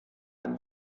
einem